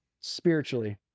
spiritually